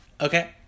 okay